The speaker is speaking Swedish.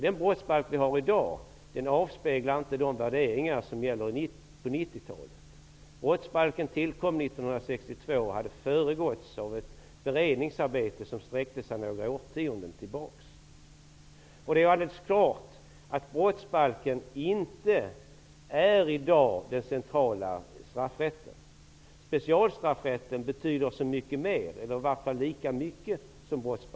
Den brottsbalk som vi har i dag avspeglar inte de värderingar som gäller på 1990-talet. Brottsbalken tillkom 1962 och hade föregåtts av ett beredningsarbete som sträcker sig några årtionden tillbaka. Det är alldeles klart att brottsbalken i dag inte är den centrala straffrätten. Specialstraffrätten betyder så mycket mer eller i vart fall lika mycket som brottsbalken.